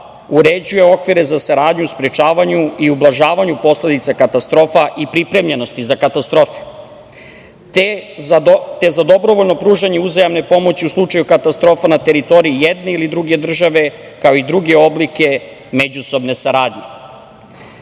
uređuje okvire za saradnju, sprečavanje i ublažavanje posledica katastrofa i pripremljenosti za katastrofe, te za dobrovoljno pružanje uzajamne pomoći u slučaju katastrofa na teritoriji jedne ili druge države, kao i druge oblike međusobne saradnje. Ovaj